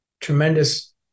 tremendous